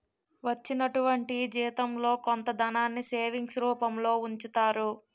వచ్చినటువంటి జీవితంలో కొంత ధనాన్ని సేవింగ్స్ రూపంలో ఉంచుతారు